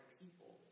people